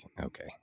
okay